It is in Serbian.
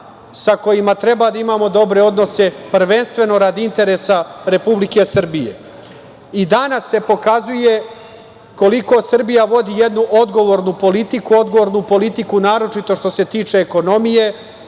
sa kojima treba da imamo dobre odnose, prvenstveno radi interesa Republike Srbije.I danas se pokazuje koliko Srbija vodi jednu odgovornu politiku, odgovornu politiku, naročito što se tiče ekonomije,